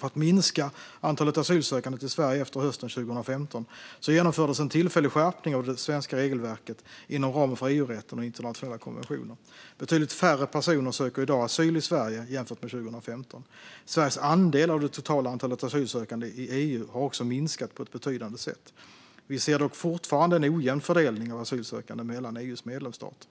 För att minska antalet asylsökande till Sverige efter hösten 2015 genomfördes en tillfällig skärpning av det svenska regelverket inom ramen för EU-rätten och internationella konventioner. Betydligt färre personer söker i dag asyl i Sverige jämfört med 2015. Sveriges andel av det totala antalet asylsökande i EU har också minskat på ett betydande sätt. Vi ser dock fortfarande en ojämn fördelning av asylsökande mellan EU:s medlemsstater.